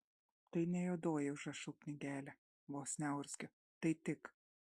tai ne juodoji užrašų knygelė vos neurzgiu tai tik